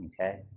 Okay